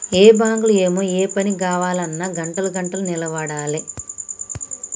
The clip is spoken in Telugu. ఏం బాంకులో ఏమో, ఏ పని గావాల్నన్నా గంటలు గంటలు నిలవడాలె